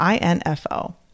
INFO